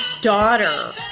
daughter